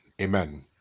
amen